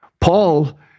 Paul